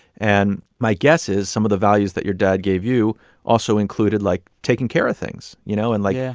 and my guess is some of the values that your dad gave you also included, like, taking care of things, you know, and, like, yeah